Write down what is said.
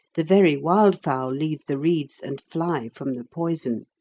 the very wildfowl leave the reeds, and fly from the poison.